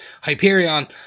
Hyperion